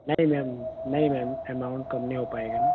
नहीं मैम नहीं ma'am amount कम नहीं हो पाएगा मैम